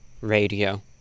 radio